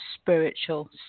spiritual